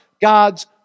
God's